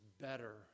better